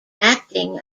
acting